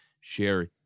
share